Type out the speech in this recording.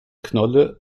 knolle